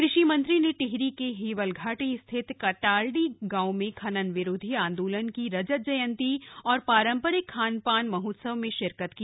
कृषि मंत्री ने टिहरी के हेवलघाटी स्थित कटाल्डी गांव में खनन विरोधी आंदोलन की रजत जयंती और पारंपरिक खानपान महोत्सव में शिरकत की